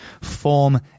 form